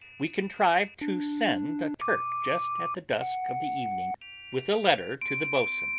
we contrived to send a turk just at the dusk of the evening with a letter to the boatswain,